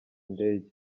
ndege